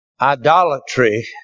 Idolatry